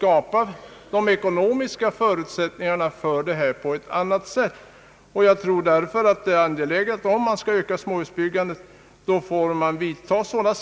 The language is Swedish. Jag tror dock att vi måste på ett annat sätt skapa ekonomiska förutsättningar för detta. Om man skall öka småhusbyggandet får man vidta sådana